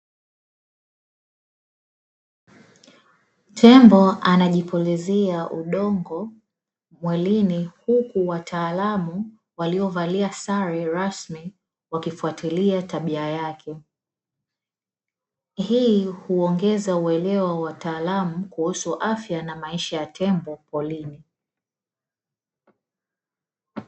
Tembo anajipulizia udongo mwilini huku wataalamu walio valia sare rasmi wakifatiloa tabia yake. Hii huongeza uelewa wa wataalamu kuhusu afya na maisha ya tembo porini.